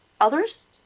Others